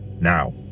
Now